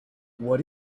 what